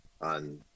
on